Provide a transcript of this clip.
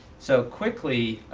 so quickly